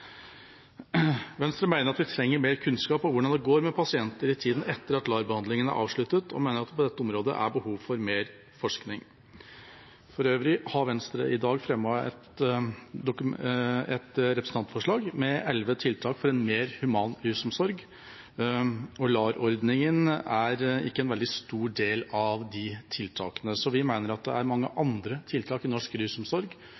Venstre mener at vi trenger mer kunnskap om hvordan det går med pasienter i tida etter at LAR-behandlingen er avsluttet, og vi mener at det på dette området er behov for mer forskning. For øvrig har Venstre i dag fremmet et representantforslag med elleve tiltak for en mer human rusomsorg, og LAR-ordningen er ikke en veldig stor del av de tiltakene. Vi mener at det er mange andre tiltak i norsk rusomsorg